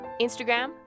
Instagram